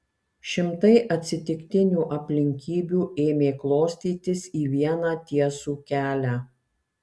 šimtai atsitiktinių aplinkybių ėmė klostytis į vieną tiesų kelią